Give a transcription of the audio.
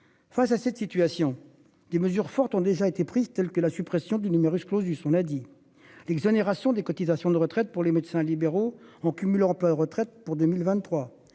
Face à cette situation. Des mesures fortes ont déjà été prises, telle que la suppression du numerus clausus. On a dit l'exonération des cotisations de retraite pour les médecins libéraux en cumul emploi-retraite pour 2023.